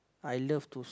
I love to